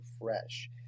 fresh